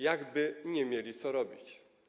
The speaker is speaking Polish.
Jakby nie mieli co robić.